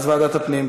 אז ועדת הפנים.